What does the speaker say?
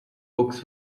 books